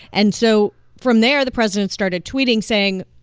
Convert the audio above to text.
and so from there, the president started tweeting, saying,